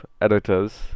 editors